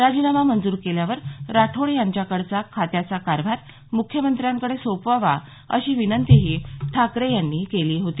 राजीनामा मंजूर केल्यावर राठोड यांच्याकडच्या खात्याचा कारभार मुख्यमंत्र्यांकडे सोपवावा अशी विनंतीही ठाकरे यांनी केली होती